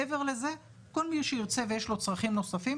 מעבר לזה כל מי שירצה ויש לו צרכים נוספים,